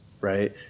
right